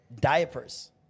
diapers